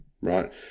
right